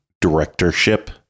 directorship